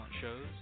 shows